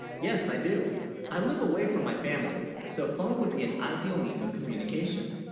yes i do i live away from my family so phone would be an ideal means of communication